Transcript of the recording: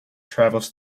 travels